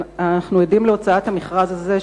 אנחנו עדים להוצאת המכרז הזה,